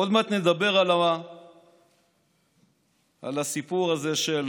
עוד מעט נדבר על הסיפור הזה של